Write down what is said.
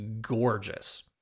gorgeous